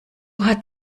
hat